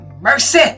mercy